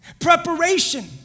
Preparation